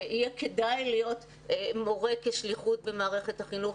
שיהיה כדאי להיות מורה ויראו בזה שליחות במערכת החינוך.